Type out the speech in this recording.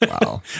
wow